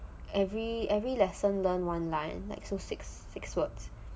every every lesson learn one line like so six six words